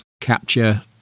capture